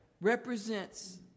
represents